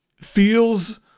feels